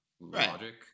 logic